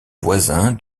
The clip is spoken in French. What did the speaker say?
voisin